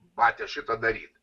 batia šitą daryt